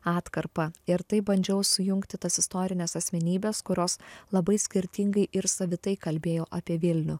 atkarpą ir taip bandžiau sujungti tas istorines asmenybes kurios labai skirtingai ir savitai kalbėjo apie vilnių